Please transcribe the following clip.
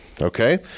Okay